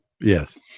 Yes